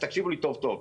תקשיבו לי טוב-טוב,